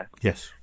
Yes